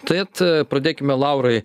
tad pradėkime laurai